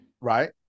right